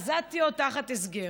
עזתיות תחת הסגר.